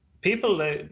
People